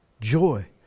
Joy